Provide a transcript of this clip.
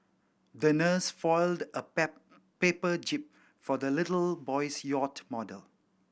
the nurse a pap paper jib for the little boy's yacht model